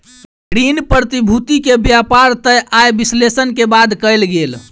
ऋण प्रतिभूति के व्यापार तय आय विश्लेषण के बाद कयल गेल